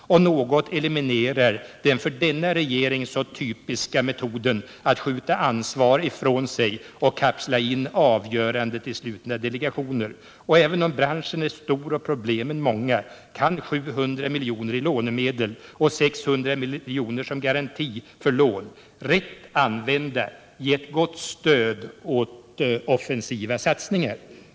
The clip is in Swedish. På det sättet elimineras i någon mån den för denna regering så typiska metoden att skjuta ansvaret ifrån sig och kapsla in avgörandet i slutna delegationer. Men även om branschen är stor och problemen många kan 700 miljoner i lånemedel och 600 miljoner som garanti för lån rätt använda ge ett gott stöd åt offensiva satsningar.